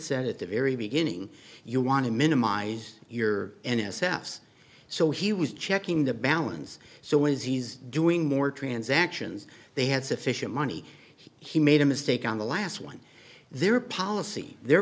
said at the very beginning you want to minimize your n s l s so he was checking the balance so as he's doing more transactions they had sufficient money he made a mistake on the last one their policy their